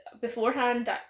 Beforehand